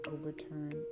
overturn